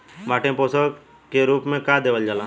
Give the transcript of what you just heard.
माटी में पोषण के रूप में का देवल जाला?